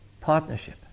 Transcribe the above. partnership